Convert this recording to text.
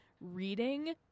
Reading